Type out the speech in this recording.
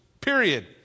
Period